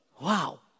Wow